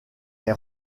est